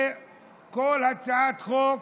שכל הצעת חוק,